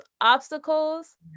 obstacles